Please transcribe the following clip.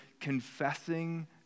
confessing